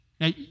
Now